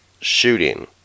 shooting